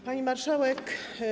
Pani Marszałek!